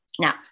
now